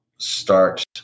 start